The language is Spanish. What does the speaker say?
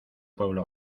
pueblo